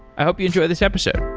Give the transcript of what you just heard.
i hope you enjoy this episode.